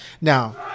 Now